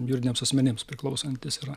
juridiniams asmenims priklausantis yra